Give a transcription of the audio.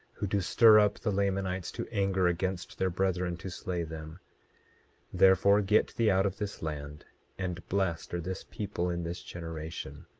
who do stir up the lamanites to anger against their brethren to slay them therefore get thee out of this land and blessed are this people in this generation,